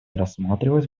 рассматривалась